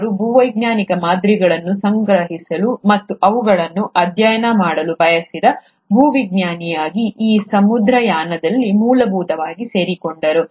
ಅವರು ಭೂವೈಜ್ಞಾನಿಕ ಮಾದರಿಗಳನ್ನು ಸಂಗ್ರಹಿಸಲು ಮತ್ತು ಅವುಗಳನ್ನು ಅಧ್ಯಯನ ಮಾಡಲು ಬಯಸಿದ ಭೂವಿಜ್ಞಾನಿಯಾಗಿ ಈ ಸಮುದ್ರಯಾನದಲ್ಲಿ ಮೂಲಭೂತವಾಗಿ ಸೇರಿಕೊಂಡರು